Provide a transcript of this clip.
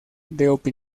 blog